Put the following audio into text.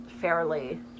fairly